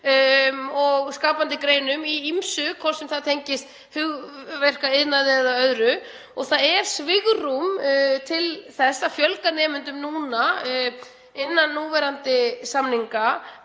og skapandi greinum, í ýmsu, hvort sem það tengist hugverkaiðnaði eða öðru. Það er svigrúm til þess að fjölga nemendum núna innan núverandi samninga,